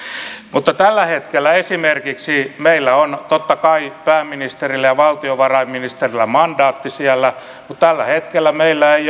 mutta tällä hetkellä esimerkiksi meillä on totta kai pääministerillä ja valtiovarainministerillä mandaatti siellä mutta tällä hetkellä meillä ei